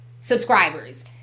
subscribers